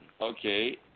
Okay